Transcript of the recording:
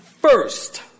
first